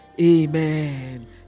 Amen